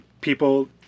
people